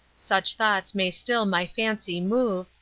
such thoughts may still my fancy move,